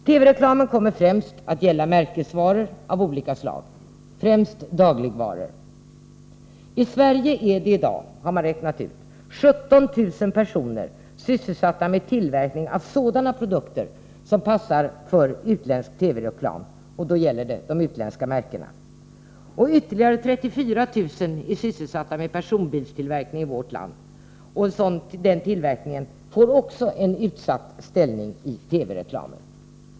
TV-reklamen kommer främst att gälla märkesvaror av olika slag, framför allt s.k. dagligvaror. I Sverige är i dag 17 000 personer sysselsatta med tillverkning av sådana produkter som passar för utländsk TV-reklam — det gäller då de utländska märkena. Ytterligare 34 000 i vårt land är sysselsatta med personbilstillverkning, som också får en utsatt position i TV-reklamen.